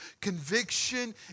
Conviction